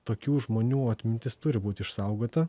tokių žmonių atmintis turi būt išsaugota